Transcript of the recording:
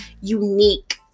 unique